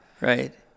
Right